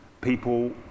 people